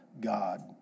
God